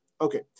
okay